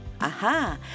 Aha